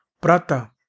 Prata